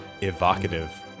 Evocative